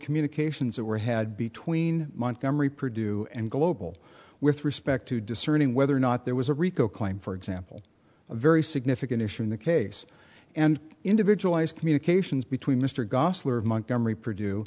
communications that were had between montgomery perdue and global with respect to discerning whether or not there was a rico claim for example a very significant issue in the case and individualize communications between mr goslar montgomery purdue